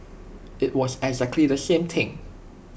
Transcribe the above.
IT was the exact same thing